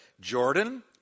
Jordan